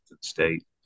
State